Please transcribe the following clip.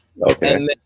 Okay